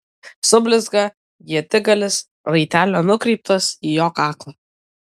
sublizga ietigalis raitelio nukreiptas į jo kaklą